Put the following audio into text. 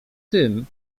tym